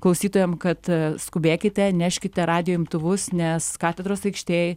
klausytojam kad skubėkite neškite radijo imtuvus nes katedros aikštėj